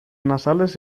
nasales